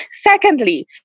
Secondly